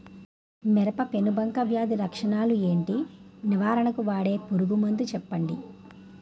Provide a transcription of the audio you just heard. మిరప పెనుబంక వ్యాధి లక్షణాలు ఏంటి? నివారణకు వాడే పురుగు మందు చెప్పండీ?